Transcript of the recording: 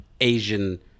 Asian